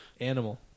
Animal